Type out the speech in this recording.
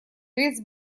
овец